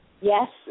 Yes